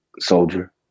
soldier